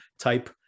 type